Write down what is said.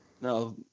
No